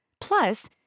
Plus